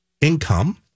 income